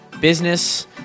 business